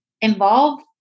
involve